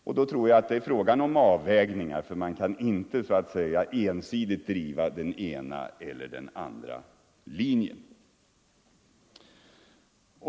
Det måste enligt min mening bli fråga om avvägningar för man kan inte ensidigt driva den ena eller andra linjen.